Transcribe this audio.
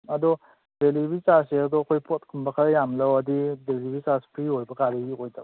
ꯑꯗꯣ ꯗꯦꯂꯤꯕꯔꯤ ꯆꯥꯔꯖꯁꯦ ꯑꯗꯣ ꯑꯩꯈꯣꯏ ꯄꯣꯠꯀꯨꯝꯕ ꯈꯔ ꯌꯥꯝ ꯂꯧꯔꯗꯤ ꯗꯤꯂꯤꯕꯔꯤ ꯆꯥꯔꯖ ꯐ꯭ꯔꯤ ꯑꯣꯏꯕ ꯑꯣꯏꯗꯕ꯭ꯔ